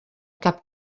cap